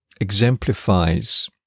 exemplifies